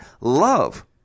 love